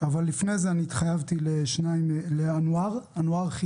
ברגע שזה